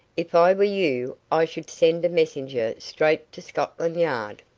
if i were you, i should send a messenger straight to scotland yard.